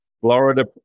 Florida